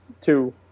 two